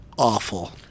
Awful